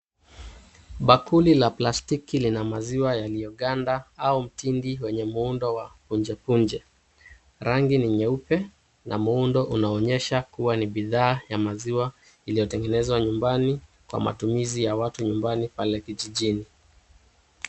Bakuli la plastiki lina maziwa yaliyo ganda au mtindi wenye muundo wa punje punje. Rangi ni nyeupe na muundo unaonyesha kuwa bidhaa ya maziwa iliyotengenezwa nyumbani kwa matumizi ya watu nyumbani pale kijijini.